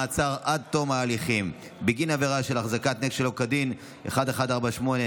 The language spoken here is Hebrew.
מעצר עד תום ההליכים בגין עבירה של החזקת נשק שלא כדין) 1148/25,